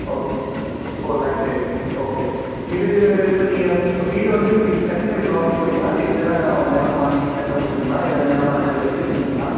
okay four lakhs ஏறிட்டுருக்கு okay இது இப்போ நீங்கள் வீடு வந்து நீங்கள் கட்டுன வீடு வாங்க போகிறிங்களா இல்லை இனிமே தான் நிலம் வாங்கி கட்ட போகிறிங்களா இல்லை நிலம் ஆல்ரெடி வச்சுருக்கிங்களா